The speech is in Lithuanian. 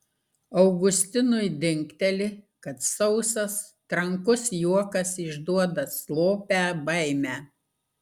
augustinui dingteli kad sausas trankus juokas išduoda slopią baimę